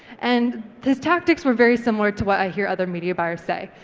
and his tactics were very similar to what i hear other media buyers say.